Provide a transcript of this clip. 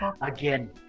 again